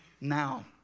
Now